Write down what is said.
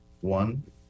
one